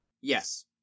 Yes